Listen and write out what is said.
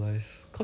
what's the problem